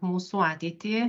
mūsų ateitį